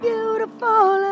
Beautiful